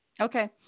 Okay